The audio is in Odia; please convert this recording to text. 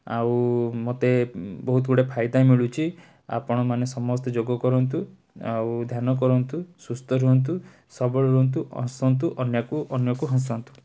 ଆଉ ମୋତେ ବହୁତ ଗୁଡ଼ାଏ ଫାଇଦା ମିଳୁଛି ଆପଣମାନେ ସମସ୍ତେ ଯୋଗ କରନ୍ତୁ ଆଉ ଧ୍ୟାନ କରନ୍ତୁ ସୁସ୍ଥ ରୁହନ୍ତୁ ସବଳ ରୁହନ୍ତୁ ହସନ୍ତୁ ଅନ୍ୟକୁ ଅନ୍ୟକୁ ହସାନ୍ତୁ